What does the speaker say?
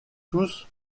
tous